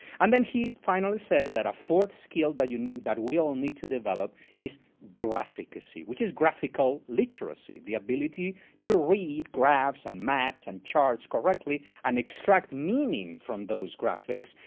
and then he finally says that a fourth skill that you will need to develop is graphicacy, which is graphical literacy, the ability to read graphs, and maps, and charts correctly, and extract meaning from those graphics,